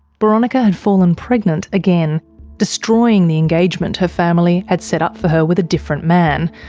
boronika had fallen pregnant again destroying the engagement her family had set up for her with a different man.